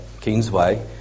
Kingsway